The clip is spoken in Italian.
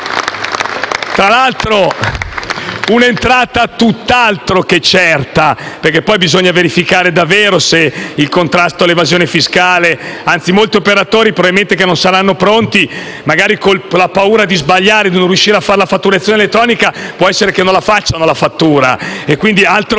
Tra l'altro, un'entrata tutt'altro che certa, perché poi bisogna verificare davvero se in tal modo si contrasterà l'evasione fiscale. Anzi, probabilmente molti operatori che non saranno pronti, magari con la paura di sbagliare e di non riuscire a fare la fatturazione elettronica, può essere che non la facciano proprio la fattura;